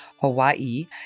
Hawaii